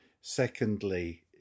secondly